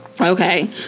okay